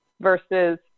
versus